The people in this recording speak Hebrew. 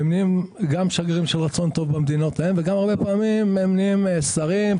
נהיים גם שגרירים של רצון טוב במדינות ההן וגם הרבה פעמים נהיים שרים,